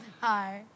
Hi